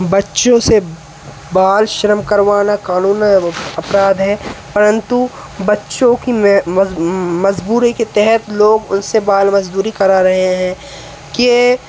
बच्चों से बाल श्रम करवाना कानून अपराध हैं परन्तु बच्चों की मजबूरी के तहत लोग उनसे बाल मजदूरी करा रहे हैं के